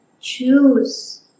choose